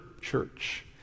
church